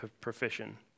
profession